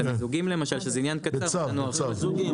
את המיזוגים למשל שזה עניין קצר -- לא מיזוגים,